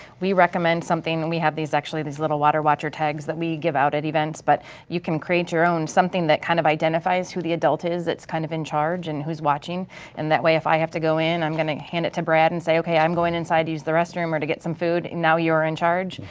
we recommend something, we have these actually these little water watcher tags that we give out at events, but you can create your own, something that kind of identifies who the adult is that's kind of in charge and who's watching and that way if i have to go in i'm gonna hand it to brad and say okay i'm going inside to use the restroom or to get some food and now you are in charge,